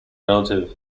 relative